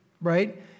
right